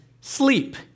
sleep